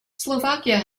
slovakia